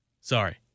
Sorry